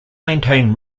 maintain